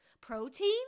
Protein